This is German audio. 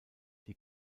die